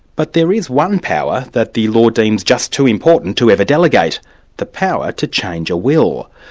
but there is one power that the law deems just too important to ever delegate the power to change a will.